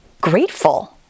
grateful